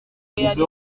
izo